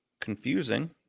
Confusing